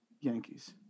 Yankees